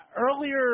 Earlier